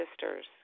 sisters